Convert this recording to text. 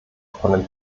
vor